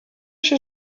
się